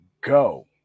go